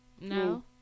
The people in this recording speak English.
No